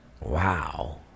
Wow